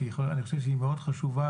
שאני חושב שהיא מאוד חשובה,